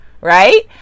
right